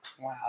Wow